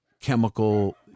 chemical